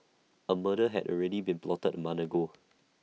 A murder had already been plotted A month ago